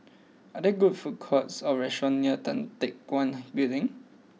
are there good food courts or restaurants near Tan Teck Guan Building